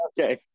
Okay